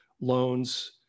loans